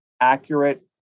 accurate